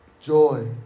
joy